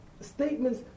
statements